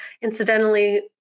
Incidentally